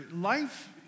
life